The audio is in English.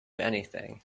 anything